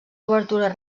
obertures